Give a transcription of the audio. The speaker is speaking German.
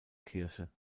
kirche